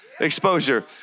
Exposure